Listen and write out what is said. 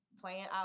playing